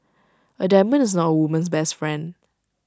A diamond is not A woman's best friend